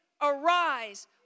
arise